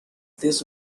this